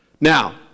Now